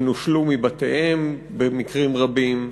והם נושלו מבתיהם במקרים רבים.